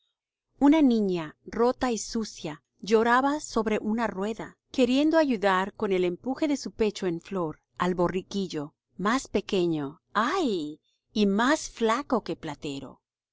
una niña rota y sucia lloraba sobre una rueda queriendo ayudar con el empuje de su pecho en flor al borriquillo más pequeño ay y más flaco que platero